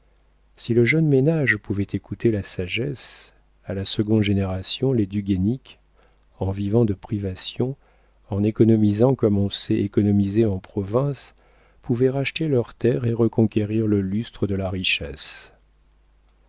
si le jeune ménage pouvait écouter la sagesse à la seconde génération les du guénic en vivant de privations en économisant comme on sait économiser en province pouvaient racheter leurs terres et reconquérir le lustre de la richesse